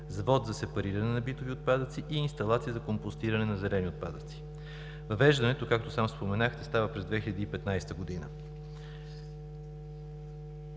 завод за сепариране на битови отпадъци и инсталация за компостиране на зелени отпадъци. Въвеждането, както сам споменахте, става през 2015 г.